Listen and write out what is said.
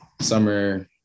Summer